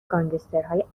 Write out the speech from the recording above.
گانگسترهای